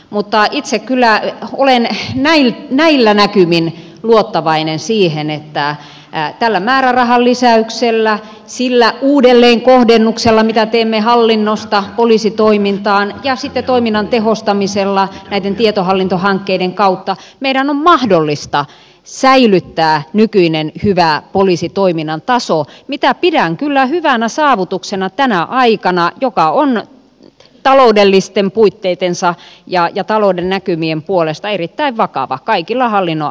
mutta itse kyllä olen näillä näkymin luottavainen siihen että tällä määrärahan lisäyksellä sillä uudelleenkohdennuksella mitä teemme hallinnosta poliisitoimintaan ja sitten toiminnan tehostamisella näiden tietohallintohankkeiden kautta meidän on mahdollista säilyttää nykyinen hyvä poliisitoiminnan taso mitä pidän kyllä hyvänä saavutuksena tänä aikana joka on taloudellisten puitteittensa ja talouden näkymien puolesta erittäin vakava kaikilla hallinnon alueilla